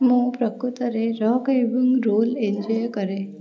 ମୁଁ ପ୍ରକୃତରେ ରକ୍ ଏବଂ ରୋଲ୍ ଏନଞ୍ଜୟ କରେ